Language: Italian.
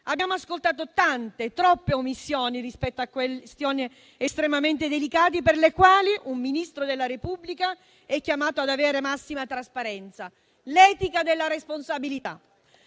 Abbiamo ascoltato tante, troppe omissioni rispetto a questioni estremamente delicate per le quali un Ministro della Repubblica è chiamato ad avere massima trasparenza: è l'etica della responsabilità.